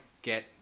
get